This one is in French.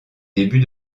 début